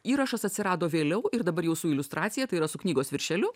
įrašas atsirado vėliau ir dabar jau su iliustracija tai yra su knygos viršeliu